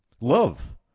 love